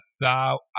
thou